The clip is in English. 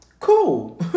cool